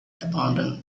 abandoned